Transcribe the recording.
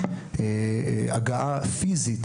והגעה פיזית,